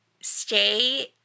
stay